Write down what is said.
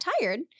tired